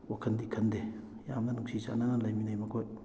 ꯋꯥꯈꯟꯗꯤ ꯈꯟꯗꯦ ꯌꯥꯝꯅ ꯅꯨꯡꯁꯤ ꯆꯥꯅꯅ ꯂꯩꯃꯤꯟꯅꯩ ꯃꯈꯣꯏ